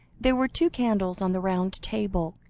there were two candles on the round table,